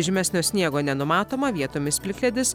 žymesnio sniego nenumatoma vietomis plikledis